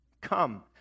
Come